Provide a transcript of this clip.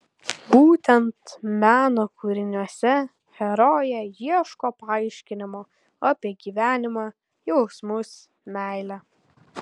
būtent meno kūriniuose herojė ieško paaiškinimo apie gyvenimą jausmus meilę